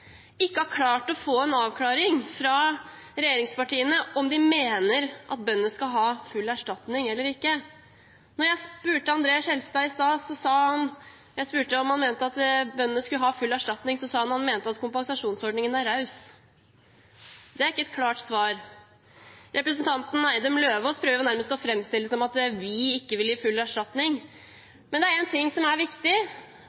ikke har klart å få en avklaring fra regjeringspartiene på om de mener at bøndene skal ha full erstatning eller ikke. Da jeg spurte André N. Skjelstad i stad om han mente at bøndene skulle ha full erstatning, sa han at han mente at kompensasjonsordningen er raus. Det er ikke et klart svar. Representanten Eidem Løvaas prøver nærmest å framstille det som at vi ikke vil gi full